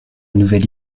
nouvelle